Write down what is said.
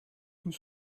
tout